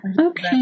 Okay